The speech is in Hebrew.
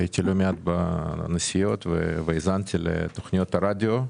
הייתי לא מעט בנסיעות והאזנתי לתוכניות הרדיו.